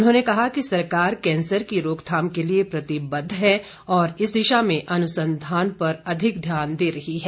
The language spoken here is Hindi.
उन्होंने कहा कि सरकार कैंसर की रोकथाम के लिए प्रतिबद्ध है और इस दिशा में अनुसंधान पर अधिक ध्यान दे रही है